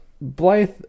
Blythe